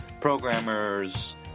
programmers